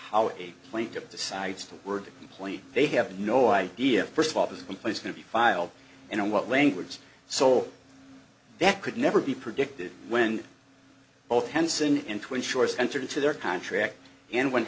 complain they have no idea first of all the complaints going to be filed and on what language so that could never be predicted when both henson and twin shorts entered into their contract and when